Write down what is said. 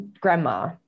grandma